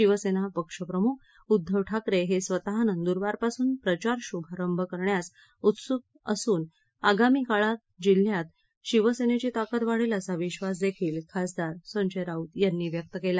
शिवसेना पक्षप्रमुख उद्दव ठाकरे हे स्वत नंदुरबार पासुन प्रचार शुभारंभ करण्यास उत्सुक असून आगमी काळात जिल्ह्यात शिवसेनेची ताकद वाढेल असा विश्वास देखील खासदार संजय राऊत यांनी व्यक्त केला